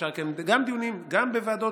ואפשר לקיים דיונים גם בוועדות,